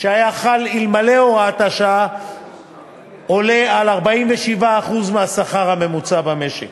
שהיה חל אלמלא הוראת השעה עולה על 47% מהשכר הממוצע המשק.